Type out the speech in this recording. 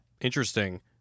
Interesting